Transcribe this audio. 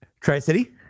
Tri-City